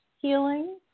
healing